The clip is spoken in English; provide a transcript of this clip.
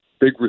big